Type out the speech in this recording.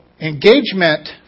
engagement